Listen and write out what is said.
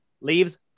leaves –